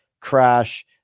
crash